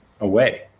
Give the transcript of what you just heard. away